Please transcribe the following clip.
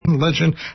Legend